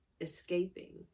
escaping